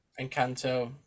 Encanto